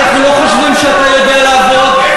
אנחנו לא חושבים שאתה יודע לעבוד,